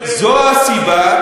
זו הסיבה,